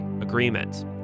agreements